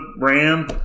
Ram